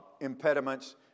impediments